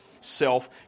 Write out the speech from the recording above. self